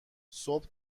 صبح